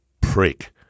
prick